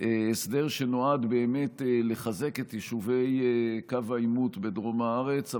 הסדר שנועד באמת לחזק את יישובי קו העימות בדרום הארץ.